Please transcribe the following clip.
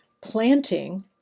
planting